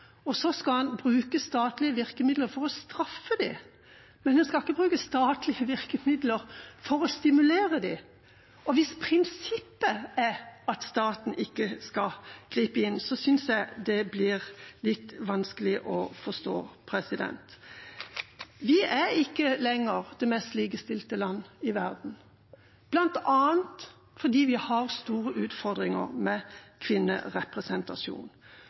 og så skal en bruke statlige virkemidler for å straffe, men en skal ikke bruke statlige virkemidler for å stimulere. Hvis prinsippet er at staten ikke skal gripe inn, synes jeg det blir litt vanskelig å forstå. Vi er ikke lenger det mest likestilte landet i verden, bl.a. fordi vi har store utfordringer med kvinnerepresentasjon.